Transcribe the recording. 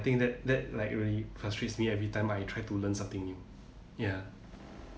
think that that like really frustrates me everytime I try to learn something new ya